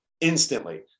instantly